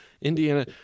indiana